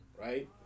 right